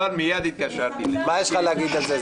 אבל מייד התקשרתי למיקי --- מה יש לך להגיד על זה,